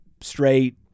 straight